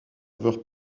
serveur